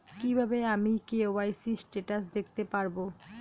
কিভাবে আমি KYC status দেখতে পারবো?